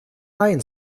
nein